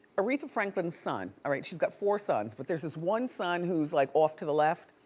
aretha franklin's son, all right she's got four sons but there's this one son who's like off to the left